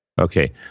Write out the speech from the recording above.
Okay